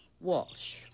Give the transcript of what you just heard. Walsh